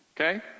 Okay